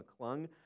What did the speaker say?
McClung